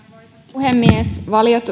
puhemies